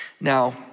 Now